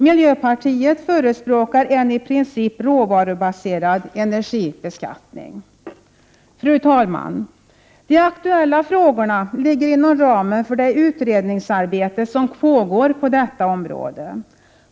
Miljöpartiet förespråkar en i princip råvarubaserad energibeskattning. Fru talman! De aktuella frågorna ligger inom ramen för det utredningsarbete som pågår på detta område.